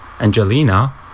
Angelina